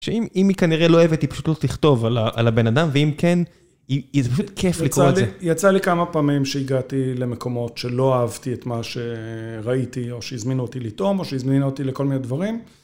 שאם, אם היא כנראה לא אוהבת, היא פשוט הולכת לכתוב על הבן אדם, ואם כן, היא... זה פשוט כיף לקרוא את זה. יצא לי כמה פעמים שהגעתי למקומות שלא אהבתי את מה שראיתי, או שהזמינו אותי לטום, או שהזמינו אותי לכל מיני דברים.